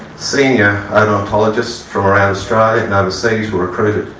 senior odontologists from around australia and overseas were recruited.